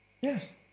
Yes